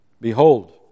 Behold